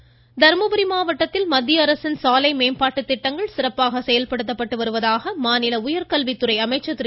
அன்பழகன் தர்மபுரி மாவட்டத்தில் மத்திய அரசின் சாலை மேம்பாட்டு திட்டங்கள் சிறப்பாக செயல்படுத்தப்பட்டு வருவதாக மாநில உயர்கல்வித்துறை அமைச்சர் திரு